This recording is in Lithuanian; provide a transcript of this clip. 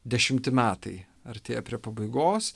dešimti metai artėja prie pabaigos